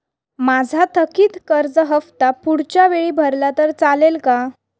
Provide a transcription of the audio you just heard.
माझा थकीत कर्ज हफ्ता पुढच्या वेळी भरला तर चालेल का?